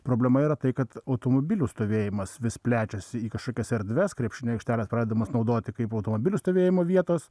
problema yra tai kad automobilių stovėjimas vis plečiasi į kažkokias erdves krepšinio aikštelė pradedamos naudoti kaip automobilių stovėjimo vietos